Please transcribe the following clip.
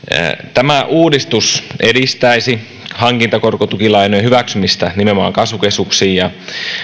tämä uudistus edistäisi hankintakorkotukilainojen hyväksymistä nimenomaan kasvukeskuksiin